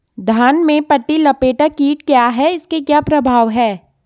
धान में पत्ती लपेटक कीट क्या है इसके क्या प्रभाव हैं?